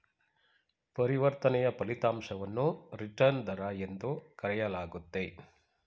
ಪರಿವರ್ತನೆಯ ಫಲಿತಾಂಶವನ್ನು ರಿಟರ್ನ್ ದರ ಎಂದು ಕರೆಯಲಾಗುತ್ತೆ